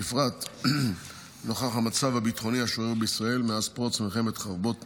בפרט נוכח המצב הביטחוני השורר בישראל מאז פרוץ מלחמת חרבות ברזל,